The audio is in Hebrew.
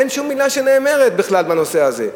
אין שום מלה שנאמרת בכלל בנושא הזה.